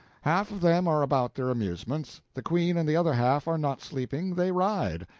half of them are about their amusements, the queen and the other half are not sleeping, they ride.